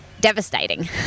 devastating